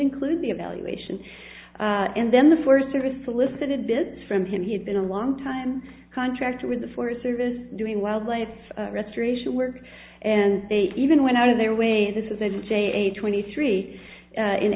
include the evaluation and then the forest service solicited bids from him he had been a long time contractor with the forest service doing wildlife restoration work and they even went out of their way this is a detailed twenty three